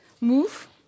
move